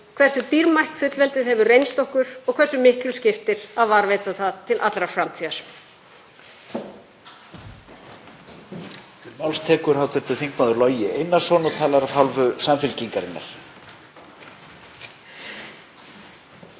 hversu dýrmætt fullveldið hefur reynst okkur og hversu miklu skiptir að varðveita það til allrar framtíðar.